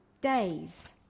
days